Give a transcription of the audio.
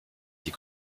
die